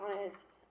honest